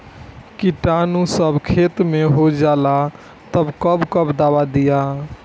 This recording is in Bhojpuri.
किटानु जब खेत मे होजाला तब कब कब दावा दिया?